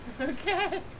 okay